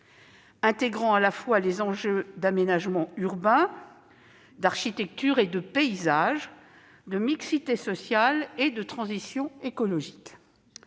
intégrant à la fois les enjeux d'aménagement urbain, d'architecture et de paysage, de mixité sociale et de transition écologique.